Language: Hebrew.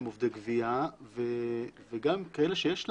עובדי גבייה וגם כאלה רשויות שיש להן,